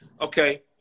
Okay